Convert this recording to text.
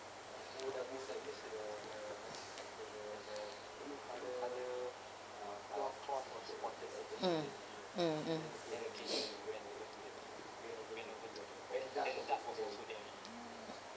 mm mm mm